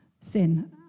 sin